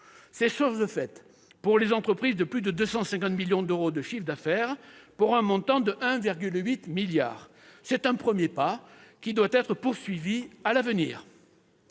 C'est chose faite pour les entreprises de plus de 250 millions d'euros de chiffre d'affaires, pour un montant de 1,8 milliard d'euros. Ce premier pas doit être poursuivi à l'avenir.